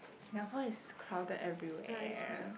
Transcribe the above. Singapore is crowded everywhere